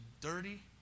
dirty